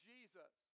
Jesus